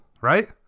right